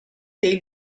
dei